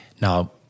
now